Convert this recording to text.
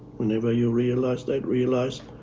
whenever you realize that, realize